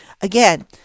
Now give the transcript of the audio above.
again